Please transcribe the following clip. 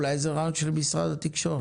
אולי זה רעיון של משרד התקשורת.